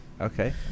Okay